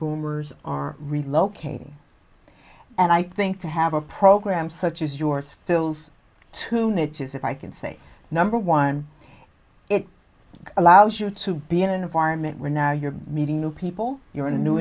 boomers are relocating and i think to have a program such as yours fills two niches if i can say number one it allows you to be in an environment where now you're meeting new people you're in a new